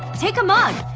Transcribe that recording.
take a mug,